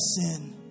sin